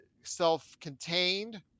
self-contained